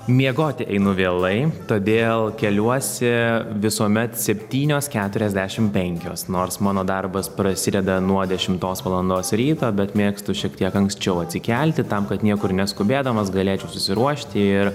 miegoti einu vėlai todėl keliuosi visuomet septynios keturiasdešim penkios nors mano darbas prasideda nuo dešimtos valandos ryto bet mėgstu šiek tiek anksčiau atsikelti tam kad niekur neskubėdamas galėčiau susiruošti ir